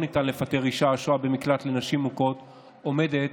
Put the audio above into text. ניתן לפטר אישה השוהה במקלט לנשים מוכות עומדת